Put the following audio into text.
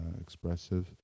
expressive